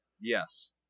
Yes